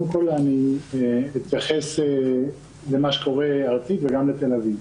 קודם כול, אתייחס למה שקורה ארצית וגם לתל אביב.